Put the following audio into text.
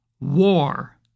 war